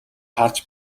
харж